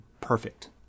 perfect